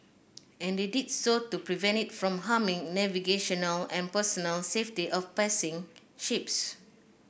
and they did so to prevent it from harming navigational and personnel safety of passing ships